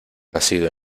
nacido